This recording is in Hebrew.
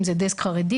אם זה דסק חרדי,